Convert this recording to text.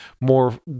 more